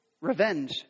revenge